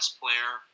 player